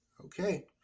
Okay